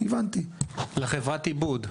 לחברת העיבוד.